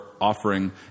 offering